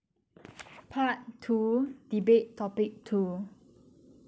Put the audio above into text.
part two debate topic two